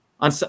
on